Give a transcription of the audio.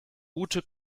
ute